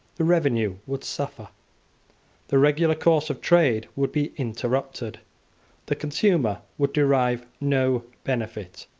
the revenue would suffer the regular course of trade would be interrupted the consumer would derive no benefit,